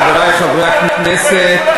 חברי חברי הכנסת,